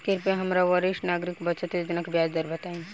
कृपया हमरा वरिष्ठ नागरिक बचत योजना के ब्याज दर बताई